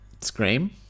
Scream